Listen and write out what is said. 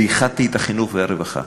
איחדתי את החינוך והרווחה.